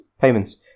payments